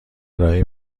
ارائه